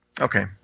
Okay